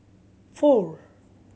four